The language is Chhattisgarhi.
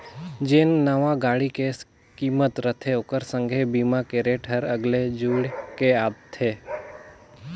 जेन नावां गाड़ी के किमत रथे ओखर संघे बीमा के रेट हर अगले जुइड़ के आथे